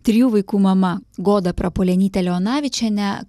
trijų vaikų mama goda prapuolenyte leonavičiene